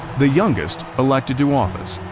the youngest elected to office.